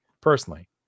Personally